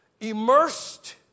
immersed